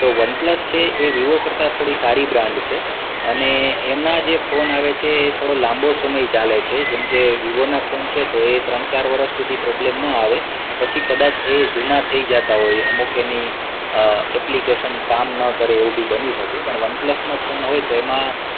તો OnePlus છે એ વિવો કરતાં થોડી સારી બ્રાન્ડ છે અને એમના જે ફોન આવે છે એ થોડો લાંબો સમય ચાલે છે જેમ કે વિવોના ફોન છે તો એ ત્રણ ચાર વર્ષ સુધી પ્રોબ્લમ ન આવે પછી કદાચ એ જૂના થઈ જાતા હોય અમુક એની એપ્લિકેશન કામ ન કરે એવું બી બની શકે પણ વન પ્લસનો ફોન હોય તો એમાં